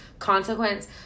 consequence